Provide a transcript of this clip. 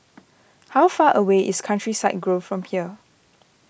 how far away is Countryside Grove from here